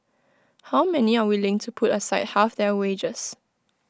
how many are willing to put aside half their wages